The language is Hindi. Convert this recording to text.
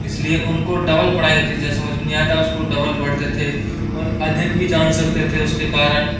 इस लिए उनको डबल पढ़ाई होती थी जब समझ में नहीं आता उसको डबल पढ़ते थें और अध्यक्ष भी जान सकते थे उसके कारण